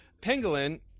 penguin